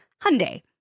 Hyundai